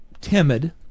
timid